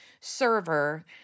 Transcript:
server